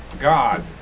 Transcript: God